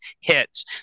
hits